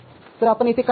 तरआपण येथे काय पाहाल